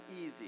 easy